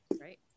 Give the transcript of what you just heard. Right